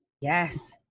Yes